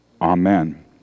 Amen